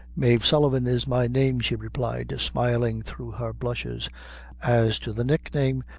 mave sullivan is my name, she replied, smiling through her blushes as to the nickname,